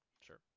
Sure